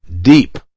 deep